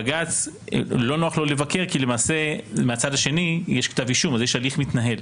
לבג"צ לא נוח לבקר כי למעשה מהצד השני יש כתב אישום אז יש הליך מתנהל.